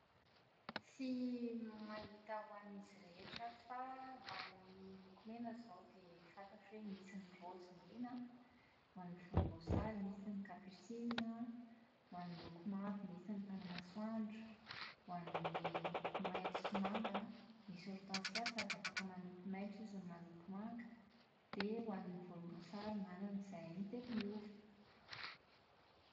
Tsy mahita ho an'izy rehetra aho fa, ho an'ny loko mena izao dia fantatro hoe misy ny raozy mena an, ho an'ny volomboasary misy ny capucine an, ho an'ny loko mavo misy ny tanamasoandro, ho an'ny loko maitso sy manga an, misy hortensia sady afaka manopy maitso izy no manopy manga, dia ho an'ny volomboasary an manana izahay ny telomiova.